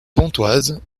pontoise